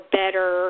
better